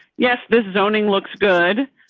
yes, this zoning looks good.